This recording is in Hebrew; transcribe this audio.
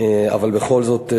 אבל בכל זאת,